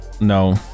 No